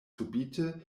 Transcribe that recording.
subite